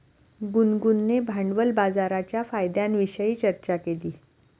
गुनगुनने भांडवल बाजाराच्या फायद्यांविषयी चर्चा केली